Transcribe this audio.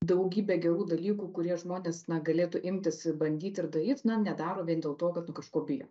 daugybė gerų dalykų kurie žmonės negalėtų imtis bandyt ir daryt nedaro vien dėl to kad kažko bijo